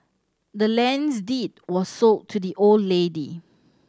the land's deed was sold to the old lady